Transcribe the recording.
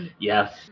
Yes